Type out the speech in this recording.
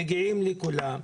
מגיעים לכולם,